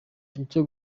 icyo